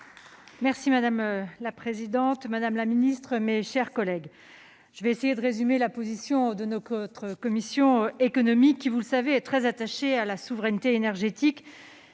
Madame la présidente, madame la ministre, mes chers collègues, je vais essayer de résumer la position de notre commission des affaires économiques, qui, comme vous le savez, est très attachée à la souveraineté énergétique.